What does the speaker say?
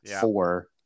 four